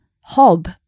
hob